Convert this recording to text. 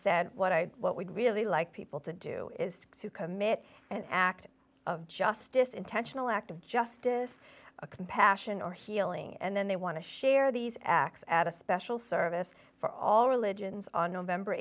said what i what we'd really like people to do is to commit an act of justice intentional act of justice compassion or healing and then they want to share these acts at a special service for all religions on